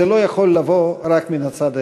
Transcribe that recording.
זה לא יכול לבוא רק מן הצד האחד.